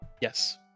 Yes